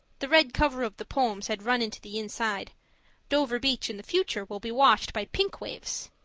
the red cover of the poems had run into the inside dover beach in the future will be washed by pink waves.